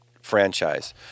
franchise